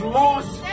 lost